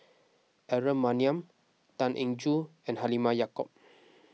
Aaron Maniam Tan Eng Joo and Halimah Yacob